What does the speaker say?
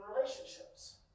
relationships